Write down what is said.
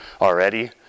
already